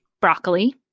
broccoli